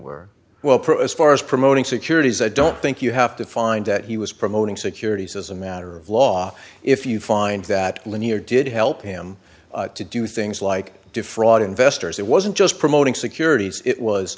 were well pro as far as promoting securities i don't think you have to find that he was promoting securities as a matter of law if you find that lanier did help him to do things like defraud investors it wasn't just promoting securities it was